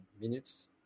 minutes